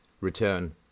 return